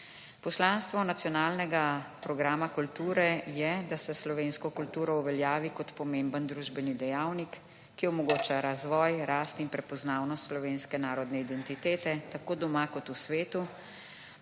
Poslanstvo nacionalnega programa kulture je, da se slovensko kulturo uveljavi kot pomemben družbeni dejavnik, ki omogoča razvoj, rast in prepoznavnost slovenske narodne identitete tako doma kot v svetu